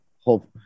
Hope